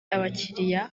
abakiriya